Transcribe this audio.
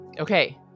Okay